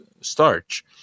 starch